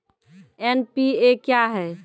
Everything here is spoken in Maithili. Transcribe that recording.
एन.पी.ए क्या हैं?